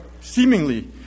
seemingly